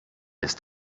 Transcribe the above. ist